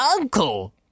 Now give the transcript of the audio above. Uncle